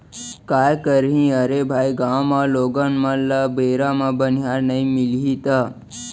काय करही अरे भाई गॉंव म लोगन मन ल बेरा म बनिहार नइ मिलही त